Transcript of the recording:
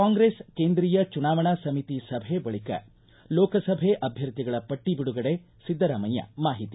ಕಾಂಗ್ರೆಸ್ ಕೇಂದ್ರೀಯ ಚುನಾವಣಾ ಸಮಿತಿ ಸಭೆ ಬಳಿಕ ಲೋಕಸಭೆ ಅಭ್ಯರ್ಥಿಗಳ ಪಟ್ಟಿ ಬಿಡುಗಡೆ ಸಿದ್ದರಾಮಯ್ಯ ಮಾಹಿತಿ